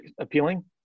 appealing